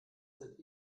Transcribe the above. sind